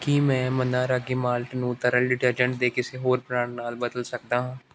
ਕੀ ਮੈਂ ਮੰਨਾ ਰਾਗੀ ਮਾਲਟ ਨੂੰ ਤਰਲ ਡਿਟਰਜੈਂਟ ਦੇ ਕਿਸੇ ਹੋਰ ਬ੍ਰਾਂਡ ਨਾਲ ਬਦਲ ਸਕਦਾ ਹਾਂ